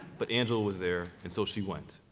but angela was there, and so she went.